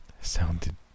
sounded